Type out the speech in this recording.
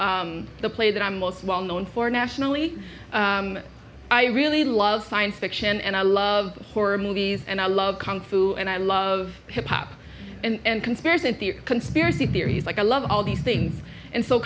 probably the play that i'm most well known for nationally i really love science fiction and i love horror movies and i love kung fu and i love hip hop and conspiracy theory conspiracy theories like i love all these things and so